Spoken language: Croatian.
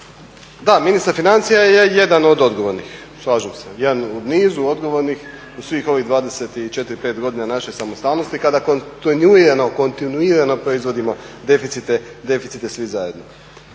Da ministar financija je jedan od odgovornih, slažem se, jedan u nizu odgovornih u svih ovih 24, 25 godina naše samostalnosti kada kontinuirano proizvodimo deficite svi zajedno.